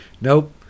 Nope